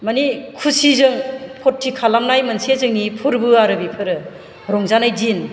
मानि खुसि जों फुरथि खालामनाय मोनसे जोंनि फोरबो आरो बिफोरो रंजानाय दिन